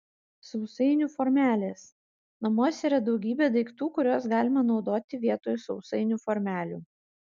sausainių formelės namuose yra daugybė daiktų kuriuos galima naudoti vietoj sausainių formelių